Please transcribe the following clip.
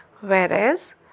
whereas